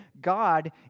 God